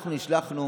אנחנו נשלחנו